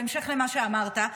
בהמשך למה שאמרת,